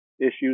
issues